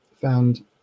found